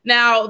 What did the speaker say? Now